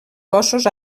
cossos